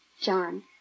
John